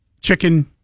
chicken